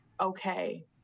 okay